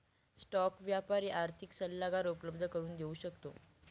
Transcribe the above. stock व्यापारी आर्थिक सल्लागार उपलब्ध करून देऊ शकतो